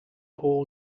all